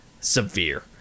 Severe